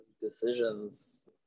decisions